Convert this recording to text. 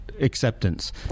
acceptance